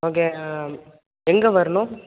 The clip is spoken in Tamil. ஓகே எங்கே வரணும்